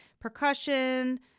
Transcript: percussion